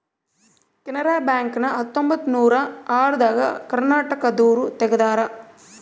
Canara Bank ನ ಹತ್ತೊಂಬತ್ತನೂರ ಆರ ದಾಗ ಕರ್ನಾಟಕ ದೂರು ತೆಗ್ದಾರ